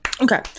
okay